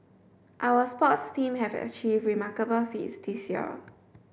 our sports team have achieved remarkable feats this year